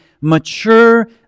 mature